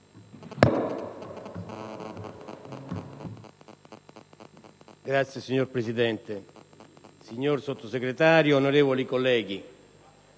*(PD)*. Signor Presidente, signor Sottosegretario, onorevoli colleghi,